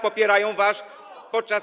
popierają was podczas.